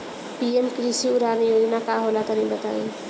PM कृषि उड़ान योजना का होला तनि बताई?